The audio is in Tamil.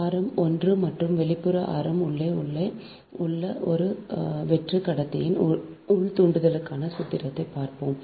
ஆரம் 1 மற்றும் வெளிப்புற ஆரம் உள்ளே உள்ள ஒரு வெற்று கடத்தியின் உள் தூண்டலுக்கான சூத்திரத்தைப் பெறவும்